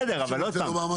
אבל בסדר, עוד פעם.